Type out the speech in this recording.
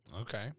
Okay